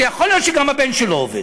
ויכול להיות שגם הבן שלו עובד.